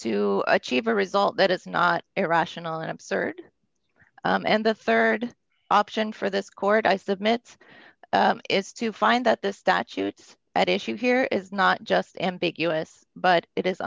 to achieve a result that is not irrational and absurd and the rd option for this court i submit is to find that the statute at issue here is not just ambiguous but it is